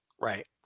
Right